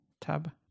Tab